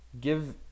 Give